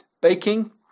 baking